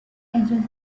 اجازه